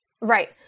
Right